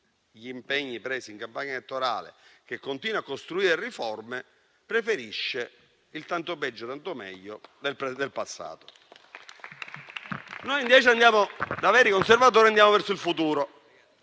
gli impegni presi in campagna elettorale e a costruire riforme, preferisce il tanto peggio, tanto meglio del passato. Noi invece, da veri conservatori, andiamo verso il futuro